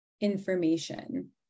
information